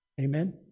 Amen